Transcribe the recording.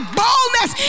boldness